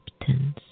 acceptance